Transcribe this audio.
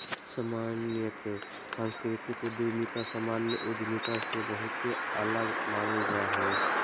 सामान्यत सांस्कृतिक उद्यमिता सामान्य उद्यमिता से बहुते अलग मानल जा हय